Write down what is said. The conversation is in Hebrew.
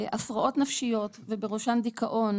הפרעות נפשיות ובראשם דיכאון,